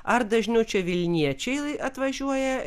ar dažniau čia vilniečiai atvažiuoja